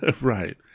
Right